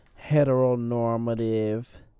heteronormative